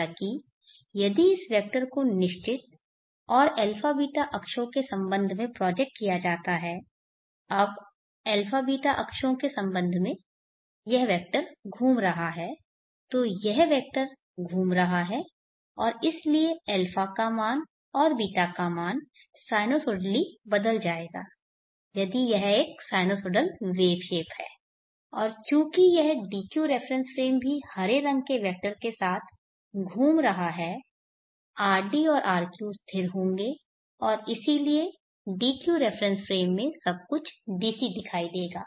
हालाँकि यदि इस वेक्टर को निश्चित और αβ अक्षों के संबंध में प्रोजेक्ट किया जाता है अब αβ अक्षों के संबंध में यह वेक्टर घूम रहा है तो यह वेक्टर घूम रहा है और इसलिए α का मान और β का मान साइनुसॉइडली बदल जाएगा यदि यह एक साइनुसॉइडल वेव शेप है और चूंकि यह dq रेफरेन्स फ्रेम भी हरे रंग के वेक्टर के साथ घूम रहा है rd और rq स्थिर होंगे और इसलिए dq रेफरेन्स फ्रेम में सब कुछ DC दिखाई देगा